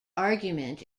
argument